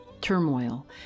turmoil